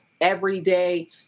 everyday